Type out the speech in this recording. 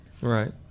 right